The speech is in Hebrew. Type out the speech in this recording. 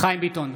חיים ביטון,